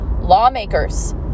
lawmakers